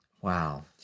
Wow